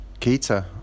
Keita